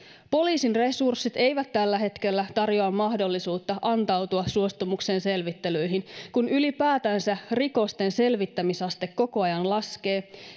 poliisin resurssit eivät kuitenkaan tällä hetkellä tarjoa mahdollisuutta antautua suostumuksen selvittelyihin kun ylipäätänsä rikosten selvittämisaste koko ajan laskee